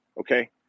Okay